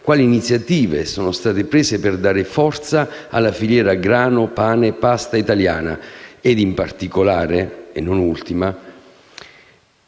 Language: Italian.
Quali iniziative sono state prese per dare forza alla filiera grano-pane-pasta italiani? In particolare, non da ultimo,